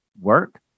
work